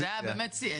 זה היה באמת שיא,